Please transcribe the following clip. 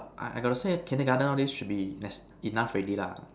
I I got to say kindergarten all these should be neces~ enough already lah